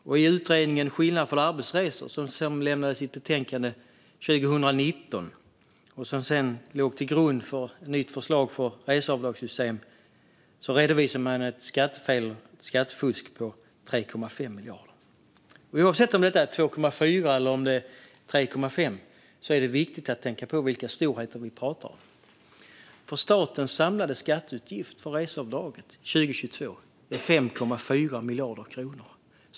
I utredningen Skattelättnad för arbetsresor , som lämnades 2019 och som sedan låg till grund för ett nytt förslag för reseavdragssystem, redovisade man ett skattefel, det vill säga skattefusk, på 3,5 miljarder. Oavsett om det är fråga om 2,4 eller 3,5 är det viktigt att tänka på vilka storheter vi pratar om. Statens samlade skatteutgift för reseavdraget 2022 är 5,4 miljarder kronor.